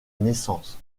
naissance